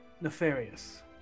nefarious